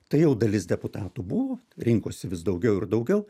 tai jau dalis deputatų buvo rinkosi vis daugiau ir daugiau